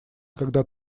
когда